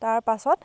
তাৰপাছত